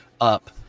up